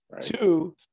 Two